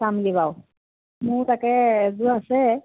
চামগৈ বাৰু মোৰ তাকে এযোৰ আছে